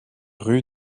rue